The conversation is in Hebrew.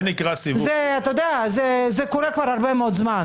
זה קורה כבר הרבה מאוד זמן.